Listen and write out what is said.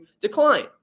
decline